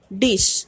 dish